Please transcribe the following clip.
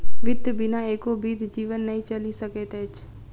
वित्त बिना एको बीत जीवन नै चलि सकैत अछि